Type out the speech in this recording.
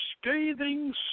scathing